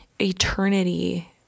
eternity